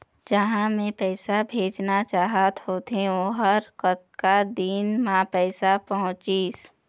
जहां मैं पैसा भेजना चाहत होथे ओहर कतका दिन मा पैसा पहुंचिस?